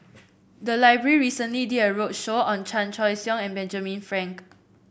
the library recently did a roadshow on Chan Choy Siong and Benjamin Frank